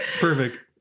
Perfect